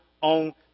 on